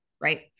Right